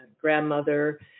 grandmother